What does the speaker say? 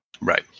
Right